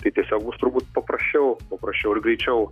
tai tiesiog bus turbūt paprasčiau paprasčiau ir greičiau